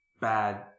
bad